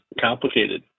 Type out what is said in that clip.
complicated